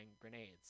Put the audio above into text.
grenades